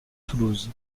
toulouse